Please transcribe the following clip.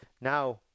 now